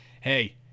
hey